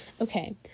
Okay